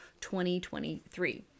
2023